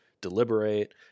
deliberate